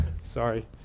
sorry